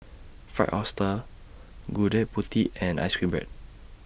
Fried Oyster Gudeg Putih and Ice Cream Bread